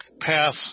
path